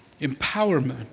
Empowerment